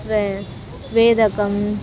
स्वे स्वेदकं